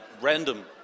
random